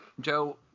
Joe